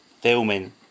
filming